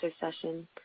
session